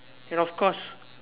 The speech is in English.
and of course